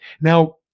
Now